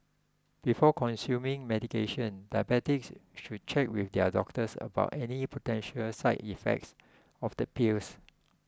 before consuming medication diabetics should check with their doctors about any potential side effects of the pills